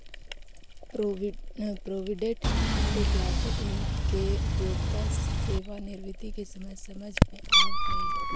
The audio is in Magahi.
प्रोविडेंट फंड इत्यादि के उपयोगिता सेवानिवृत्ति के समय समझ में आवऽ हई